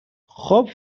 خوب